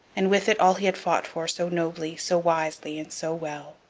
and with it all he had fought for so nobly, so wisely, and so well.